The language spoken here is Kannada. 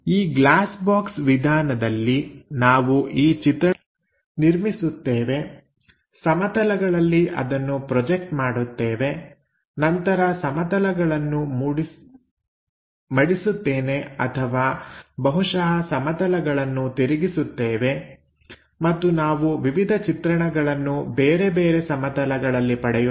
ಈ ಗ್ಲಾಸ್ ಬಾಕ್ಸ್ ವಿಧಾನದಲ್ಲಿ ನಾವು ಈ ಚಿತ್ರಣಗಳನ್ನು ನಿರ್ಮಿಸುತ್ತೇವೆ ಸಮತಲಗಳಲ್ಲಿ ಅದನ್ನು ಪ್ರೊಜೆಕ್ಟ್ ಮಾಡುತ್ತೇವೆ ನಂತರ ಸಮತಲಗಳನ್ನು ಮಾಡಿಸುತ್ತೇನೆ ಅಥವಾ ಬಹುಶಃ ಸಮತಲಗಳನ್ನು ತಿರುಗಿಸುತ್ತೇವೆ ಮತ್ತು ನಾವು ವಿವಿಧ ಚಿತ್ರಣಗಳನ್ನು ಬೇರೆಬೇರೆ ಸಮತಲಗಳಲ್ಲಿ ಪಡೆಯುತ್ತೇವೆ